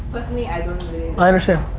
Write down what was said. personally i don't i understand,